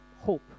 hope